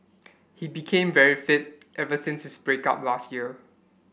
he became very fit ever since his break up last year